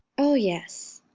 oh yes,